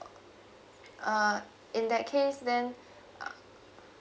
uh in that case then uh